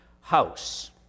house